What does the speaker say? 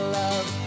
love